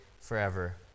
forever